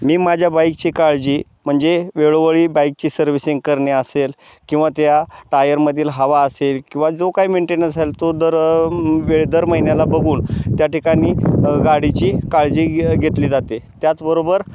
मी माझ्या बाईकची काळजी म्हणजे वेळोवळी बाईकची सर्व्हिसिंग करणे असेल किंवा त्या टायरमधील हवा असेल किंवा जो काय मेंटेनन्स असेल तो दर वेळ दर महिन्याला बघून त्या ठिकाणी गाडीची काळजी घेतली जाते त्याचबरोबर